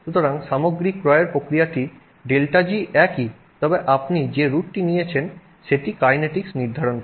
সুতরাং সামগ্রিক ক্রয়ের প্রক্রিয়াটির ΔG একই তবে আপনি যে রুটটি নিয়েছেন সেটি কাইনেটিকস নির্ধারণ করে